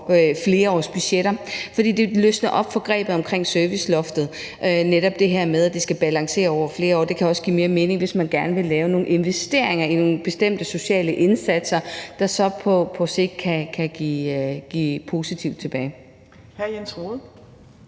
flerårsbudgetter, fordi det løsner op for grebet i forbindelse med serviceloftet. Netop det her med, at det skal balancere over flere år, kan også give mere mening, hvis man gerne vil lave nogle investeringer i nogle bestemte sociale indsatser, der så på sigt kan give positivt tilbage.